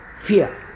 fear